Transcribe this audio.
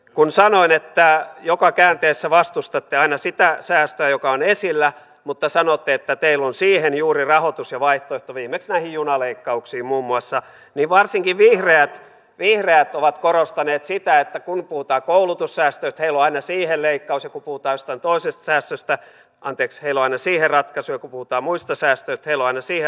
kun sanoin että joka käänteessä vastustatte aina sitä säästöä joka on esillä mutta sanotte että teillä on juuri siihen rahoitus ja vaihtoehto viimeksi näihin junaleikkauksiin muun muassa niin varsinkin vihreät ovat korostaneet sitä että kun puhutaan koulutussäästöistä heillä on aina siihen ratkaisu ja kun puhutaan jostain toisesta säästöstä heillä on aina siihen ratkaisu